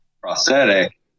prosthetic